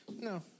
No